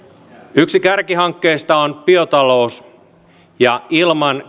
yksi kärkihankkeista on biotalous ja ilman